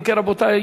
אם כן, רבותי,